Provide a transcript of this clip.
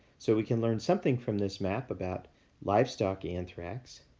so, we can learn something from this map about livestock anthrax.